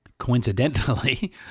Coincidentally